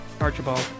Archibald